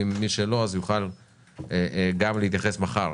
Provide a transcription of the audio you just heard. ומי שלא אז הוא יוכל גם להתייחס מחר.